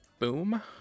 Boom